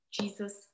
Jesus